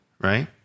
Right